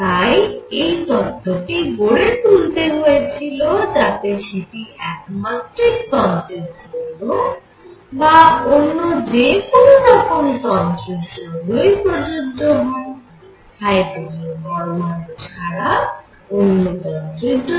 তাই এই তত্ত্বটি গড়ে তুলতে হয়েছিল যাতে সেটি একমাত্রিক তন্ত্রের জন্য বা অন্য যে কোন রকম তন্ত্রের জন্য প্রযোজ্য হয় হাইড্রোজেন পরমাণু ছাড়া অন্য তন্ত্রের জন্য